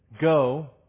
Go